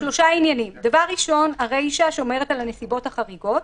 דבר ראשון, הרישה, שמדברת על הנסיבות החריגות.